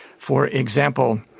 for example,